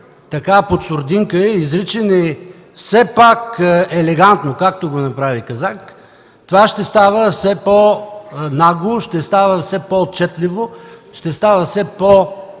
под сурдинка, изричани все пак елегантно, както го направи Казак, това ще става все по-нагло, ще става все по-отчетливо, ще става все по-радикално,